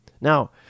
Now